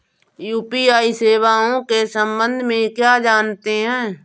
UPI सेवाओं के संबंध में क्या जानते हैं?